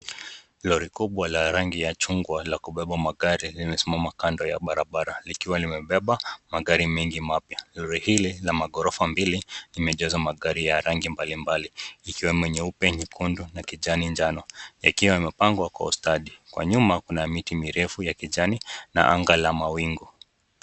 Lori kubwa la rangi ya chungwa la kubeba magari limesimama kando ya barabara likiwa limebeba magari mengi mapya, lori hili la maghorofa mbili limejazwa magari ya rangi mbali mbali ikiwemo nyeupe, nyekundu na kijani jano yakiwa yamepangwa kwa ustadi kwa nyuma kuna miti mirefu ya kijani na anga la mawingu.